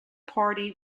party